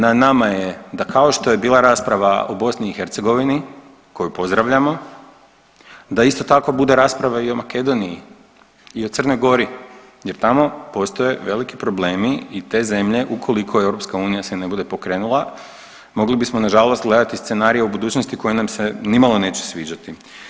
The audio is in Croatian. Na nama je, na nama je da kao što je bila rasprava o BiH koju pozdravljamo da isto tako bude rasprava i o Makedoniji i o Crnoj Gori jer tamo postoje veliki problemi i te zemlje ukoliko EU se ne bude pokrenula mogli bismo nažalost gledati scenarije u budućnosti koji nam se nimalo neće sviđati.